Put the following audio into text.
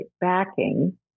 backing